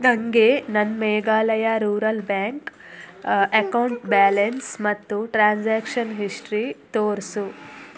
ನನಗೆ ನನ್ನ Meghalaya rural bank account balance ಮತ್ತು ಟ್ರಾನ್ಸಾಕ್ಷನ್ ಹಿಸ್ಟ್ರಿ ತೋರಿಸು